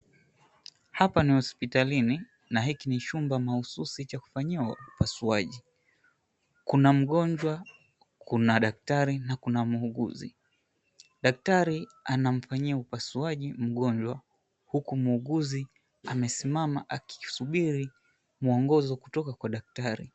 Hapa ni hospitalini na hiki ni chumba mahususi cha kufanyiwa upasuaji. Kuna mgonjwa, kuna daktari na kuna muuguzi. Daktari anamfanyia upasuaji mgonjwa, huku muuguzi amesimama akisubiri mwongozo kutoka kwa daktari.